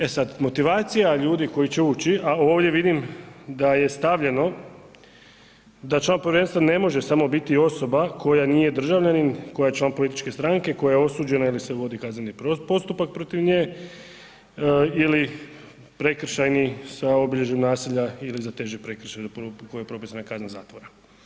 E sada, motivacija ljudi koji će ući a ovdje vidim da je stavljeno da član Povjerenstva ne može samo biti osoba koja nije državljanin i koja je član političke stranke, koja je osuđena ili se vodi kazneni postupak protiv nje ili prekršajni sa obilježjem nasilja ili za teže prekršaje za koje je propisana kazna zatvora.